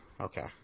Okay